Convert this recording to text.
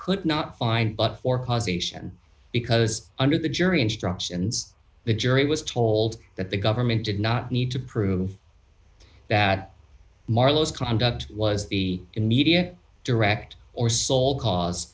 could not find but for causation because under the jury instructions the jury was told that the government did not need to prove that marlowe's conduct was the media direct or sole cause